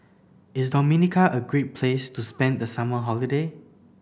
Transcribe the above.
is Dominica a great place to spend the summer holiday